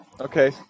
Okay